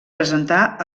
presentar